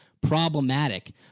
problematic